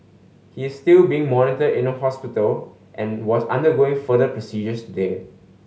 he is still being monitored in a hospital and was undergoing further procedures today